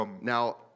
Now